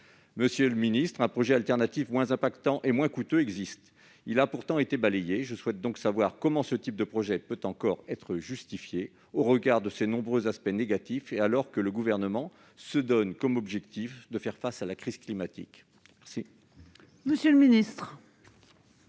Monsieur le secrétaire d'État, un projet alternatif moins impactant et moins coûteux existe ; il a pourtant été balayé. Je souhaite donc savoir comment ce type de projet peut encore être justifié au regard de ses nombreux aspects négatifs et alors que le Gouvernement se donne pour objectif de faire face à la crise climatique. La parole est